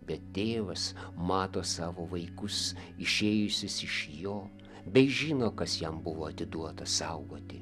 bet tėvas mato savo vaikus išėjusius iš jo bei žino kas jam buvo atiduota saugoti